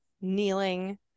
kneeling